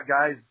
guys